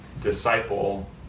disciple